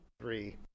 three